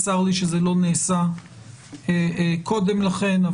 צר לי שזה לא נעשה קודם לכן,